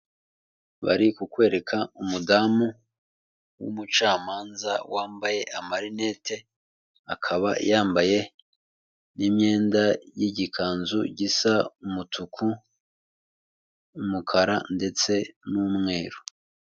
Bari kukwereka umudamu w'umucamanza wambaye amarinete, akaba yambaye n'imyenda y'igikanzu gisa umutuku, umukara ndetse n'umweru.